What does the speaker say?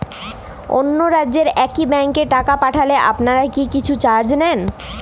অন্য রাজ্যের একি ব্যাংক এ টাকা পাঠালে আপনারা কী কিছু চার্জ নেন?